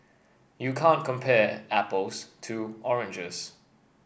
you can't compare apples to oranges